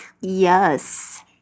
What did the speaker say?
Yes